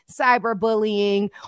cyberbullying